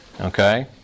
Okay